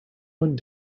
one